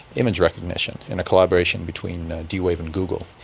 image recognition in a collaboration between d-wave and google.